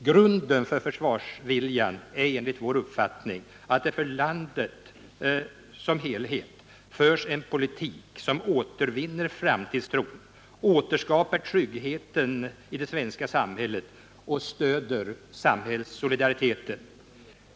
Grunden för försvarsviljan är enligt vår uppfattning att det för landet som helhet förs en politik som återvinner framtidstron, återskapar tryggheten i det svenska samhället och stöder samhällssolidariteten.